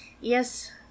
Yes